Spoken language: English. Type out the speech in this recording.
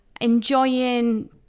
enjoying